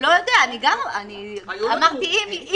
אמרתי "אם".